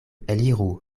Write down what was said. eliru